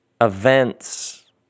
Events